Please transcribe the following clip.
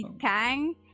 Kang